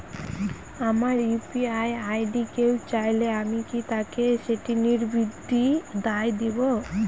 আমার UPI ID কেউ চাইলে কি আমি তাকে সেটি নির্দ্বিধায় দেব?